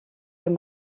wenn